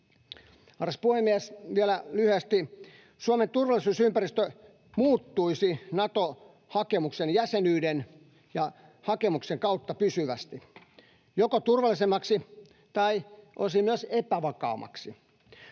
Arvoisa puhemies! Vielä lyhyesti. Suomen turvallisuusympäristö muuttuisi Nato-jäsenyyden ja -hakemuksen kautta pysyvästi — joko turvallisemmaksi tai osin myös epävakaammaksi,